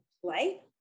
play